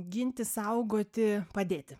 ginti saugoti padėti